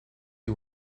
you